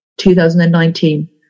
2019